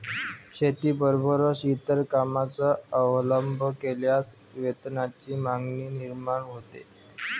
शेतीबरोबरच इतर कामांचा अवलंब केल्यास वेतनाची मागणी निर्माण होते